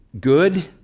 good